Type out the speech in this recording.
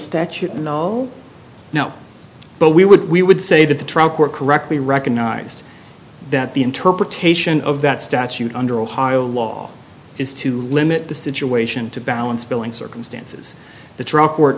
statute no no but we would we would say that the trial court correctly recognized that the interpretation of that statute under ohio law is to limit the situation to balance billing circumstances the tr